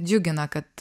džiugina kad